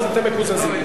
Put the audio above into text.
אז אתם מקוזזים.